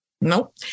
nope